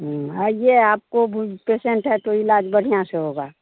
हाँ आइए आपको पेसेन्ट हैं तो इलाज बढ़िया से होगा